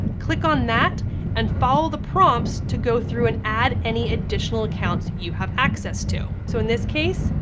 click on that and follow the prompts to go through and add any additional accounts you have access to. so in this case,